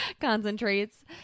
concentrates